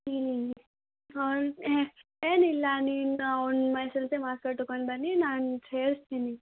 ಇನ್ನು ಏನಿಲ್ಲ ನಿನ್ನ ಅವ್ನ ಮೆ S L C marks card ತಗೊಂಡ್ಬನ್ನಿ ನಾನು ಸೇರಿಸ್ತೀನಿ